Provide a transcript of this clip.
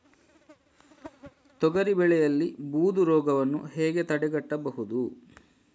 ತೊಗರಿ ಬೆಳೆಯಲ್ಲಿ ಬೂದು ರೋಗವನ್ನು ಹೇಗೆ ತಡೆಗಟ್ಟಬಹುದು?